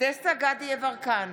דסטה גדי יברקן,